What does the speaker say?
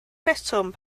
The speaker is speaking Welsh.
rheswm